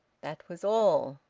that was all.